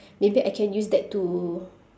maybe I can use that to